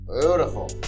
Beautiful